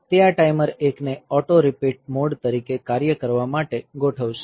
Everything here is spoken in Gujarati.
તે આ ટાઈમર 1 ને ઓટો રીપીટ મોડ તરીકે કાર્ય કરવા માટે ગોઠવશે